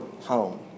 home